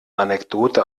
anekdote